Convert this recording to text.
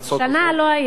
שנה לא היה,